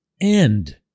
end